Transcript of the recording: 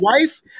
wife